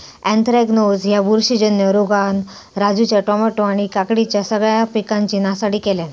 anthracnose ह्या बुरशीजन्य रोगान राजूच्या टामॅटो आणि काकडीच्या सगळ्या पिकांची नासाडी केल्यानं